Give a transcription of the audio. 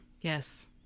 Yes